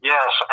Yes